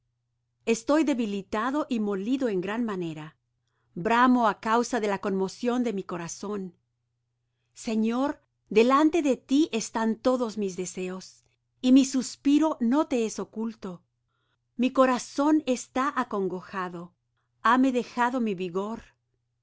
estoy debilitado y molido en gran manera bramo á causa de la conmoción de mi corazón señor delante de ti están todos mis deseos y mi suspiro no te es oculto mi corazón está acongojado hame dejado mi vigor